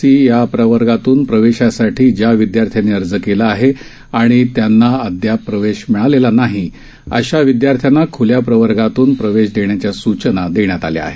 C प्रवर्गातून प्रवेशासाठी ज्या विदयार्थ्यांनी अर्ज केला आहे आणि त्यांना अद्याप प्रवेश मिळाला नाही अशा विदयार्थ्यांना खुल्या प्रवर्गातून प्रवेश देण्याच्या सूचना देण्यात आल्या आहेत